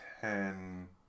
ten